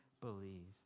believe